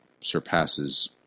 surpasses